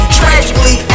tragically